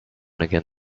again